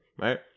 Right